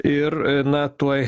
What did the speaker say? ir na tuoj